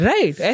Right